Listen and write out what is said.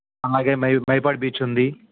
అలాగే మై మైపాడు బీచ్ ఉంది